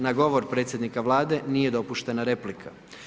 Na govor predsjednika Vlade nije dopuštena replika.